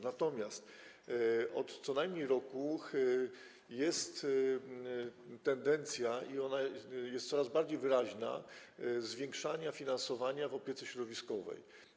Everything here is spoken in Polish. Natomiast od co najmniej roku jest tendencja, i ona jest coraz bardziej wyraźna, do zwiększania finansowania opieki środowiskowej.